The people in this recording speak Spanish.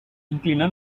inclinó